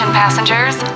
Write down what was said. passengers